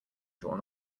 drawn